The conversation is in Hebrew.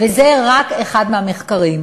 וזה רק אחד מהמחקרים.